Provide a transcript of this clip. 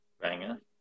Banger